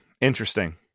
Interesting